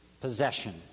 possession